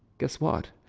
guess what?